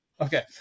Okay